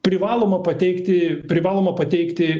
privaloma pateikti privaloma pateikti